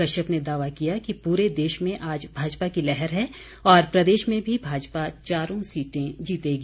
कश्यप ने दावा किया कि पूरे देश में आज भाजपा की लहर है और प्रदेश में भी भाजपा चारों सीटें जीतेगी